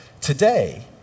Today